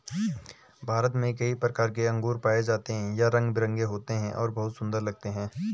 भारत में कई प्रकार के अंगूर पाए जाते हैं यह रंग बिरंगे होते हैं और बहुत सुंदर लगते हैं